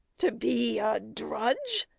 to be a drudge,